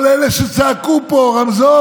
כל אלה שצעקו פה "רמזור".